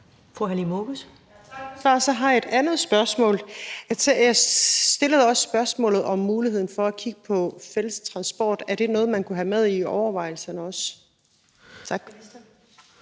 Så har jeg et andet spørgsmål. Jeg stillede også et spørgsmål om muligheden for at kigge på fælles transport. Er det noget, man kunne have med i overvejelserne også?